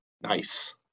nice